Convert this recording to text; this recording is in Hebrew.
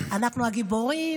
אנחנו הגיבורים",